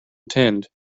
attend